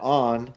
on